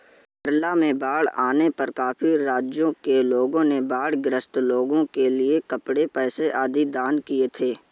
केरला में बाढ़ आने पर काफी राज्यों के लोगों ने बाढ़ ग्रस्त लोगों के लिए कपड़े, पैसे आदि दान किए थे